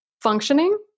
functioning